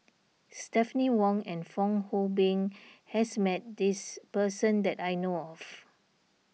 Stephanie Wong and Fong Hoe Beng has met this person that I know of